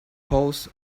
paws